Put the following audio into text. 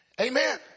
Amen